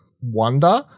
wonder